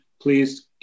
please